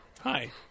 Hi